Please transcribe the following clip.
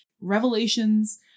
revelations